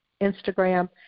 Instagram